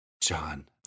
John